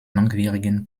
langwierigen